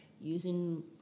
using